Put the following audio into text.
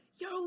yo